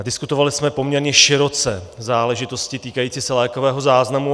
Diskutovali jsme poměrně široce záležitosti týkající se lékového záznamu.